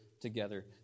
together